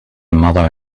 mother